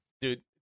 Dude